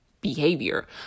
behavior